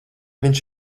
viņš